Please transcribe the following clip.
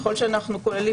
ככל שאנו כוללים